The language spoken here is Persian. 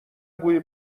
بوی